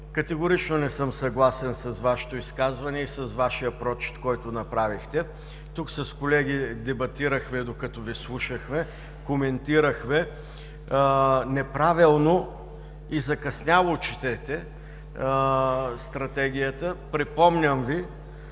Категорично не съм съгласен с Вашето изказване и с Вашия прочит, който направихте! С колеги дебатирахме, докато Ви слушахме, коментирахме – неправилно и закъсняло четете Стратегията. Припомням Ви,